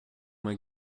uma